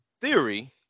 theory